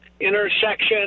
intersection